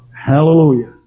Hallelujah